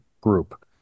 group